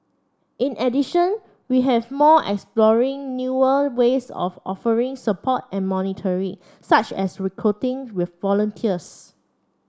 in addition we have more exploring newer ways of offering support and monitoring such as recruiting with volunteers